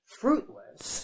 fruitless